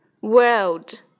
World